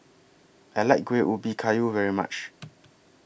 I like Kuih Ubi Kayu very much